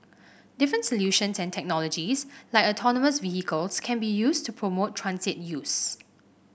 different solutions and technologies like autonomous vehicles can be used to promote transit use